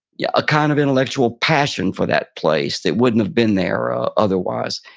yeah a kind of intellectual passion for that place that wouldn't have been there ah otherwise.